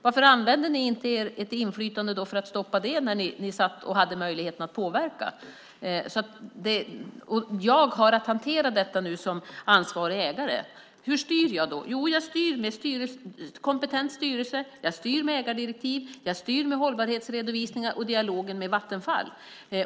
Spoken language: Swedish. Varför använde ni inte ert inflytande för att stoppa detta när ni hade möjligheten att påverka? Jag har nu att hantera detta som ansvarig ägare, och hur styr jag? Jag styr med hjälp av en kompetent styrelse. Jag styr med ägardirektiv. Jag styr med hållbarhetsredovisningar och genom dialogen med Vattenfall.